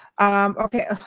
okay